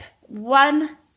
one